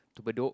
to Bedok